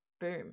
Boom